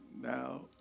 now